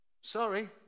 Sorry